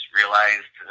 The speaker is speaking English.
realized